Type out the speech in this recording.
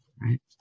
right